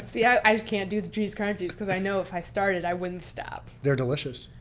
see i i just can't do the cheese crunchies because i know if i started i wouldn't stop. they're delicious.